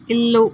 ఇల్లు